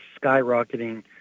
skyrocketing